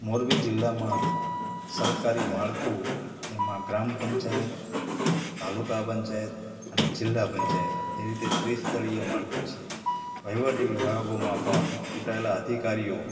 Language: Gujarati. મોરબી જિલ્લામાં સરકારી માળખું એમાં ગ્રામ પંચાયત તાલુકા પંચાયત અને જિલ્લા પંચાયત એ રીતે ત્રી સ્તરીય માળખું છે વહિવટી વિભાગોમાં પણ ચૂંટાયેલા અધિકારીઓ